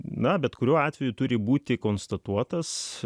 na bet kuriuo atveju turi būti konstatuotas